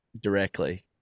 directly